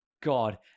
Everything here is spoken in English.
God